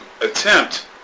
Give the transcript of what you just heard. attempt